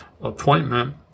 appointment